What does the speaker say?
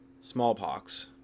smallpox